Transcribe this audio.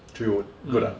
Three Wood good ah